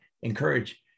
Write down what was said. encourage